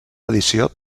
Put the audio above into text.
edició